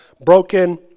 broken